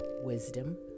Wisdom